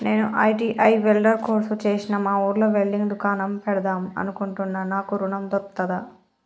నేను ITI welder course చేశ్న మా ఊర్లో వెల్డింగ్ దుకాన్ పెడదాం అనుకుంటున్నా నాకు ఋణం దొర్కుతదా?